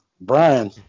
Brian